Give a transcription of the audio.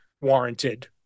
warranted